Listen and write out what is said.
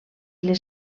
les